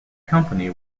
company